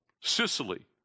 Sicily